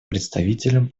представителем